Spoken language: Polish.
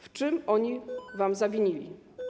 W czym oni wam zawinili?